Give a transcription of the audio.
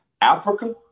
Africa